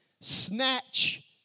snatch